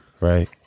right